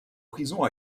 prison